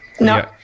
No